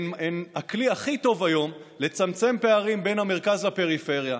הן הכלי הכי טוב היום לצמצם פערים בין המרכז והפריפריה.